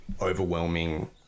overwhelming